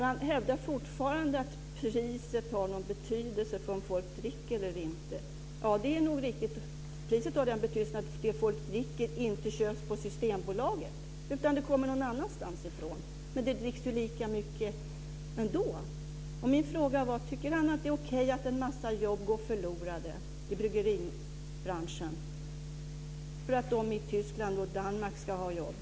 Han hävdar fortfarande att priset har betydelse för om folk dricker eller inte. Ja, det är nog riktigt. Priset har den betydelsen att det som folk dricker inte köps på systembolaget, utan det kommer någon annanstans ifrån. Men det dricks väl lika mycket ändå. Min fråga var: Tycker han att det är okej att en massa jobb går förlorade i bryggeribranschen för att de i Tyskland och Danmark ska ha jobb?